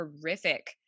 horrific